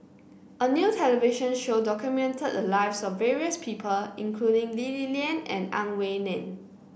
a new television show documented the lives of various people including Lee Li Lian and Ang Wei Neng